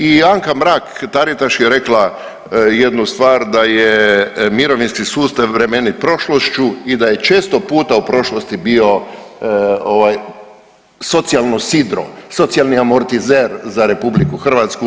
I Anka Mrak-Taritaš je rekla jednu stvar da je mirovinski sustav bremenit prošlošću i da je često puta u prošlosti bio socijalno sidro, socijalni amortizer za RH.